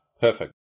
Perfect